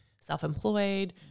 self-employed